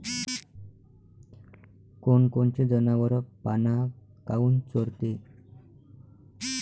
कोनकोनचे जनावरं पाना काऊन चोरते?